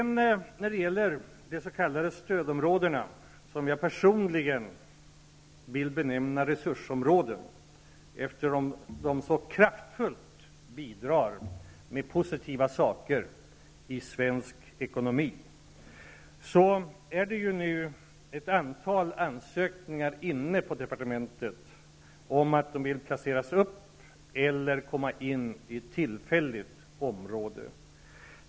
När det sedan gäller de s.k. stödområdena, som jag personligen vill benämna resursområden eftersom de så kraftfullt bidrar med positiva saker i svensk ekonomi, har ett antal ansökningar kommit in till departementet om högre placering eller placering i ett tillfälligt stödområde.